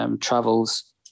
Travels